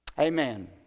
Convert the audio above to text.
amen